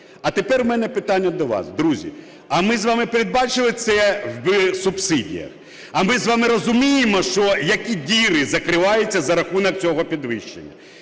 А тепер у мене питання до вас. Друзі, а ми з вами передбачили це в субсидіях? А ми з вами розуміємо, які діри закриваються за рахунок цього підвищення?